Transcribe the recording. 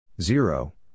Zero